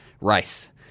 Rice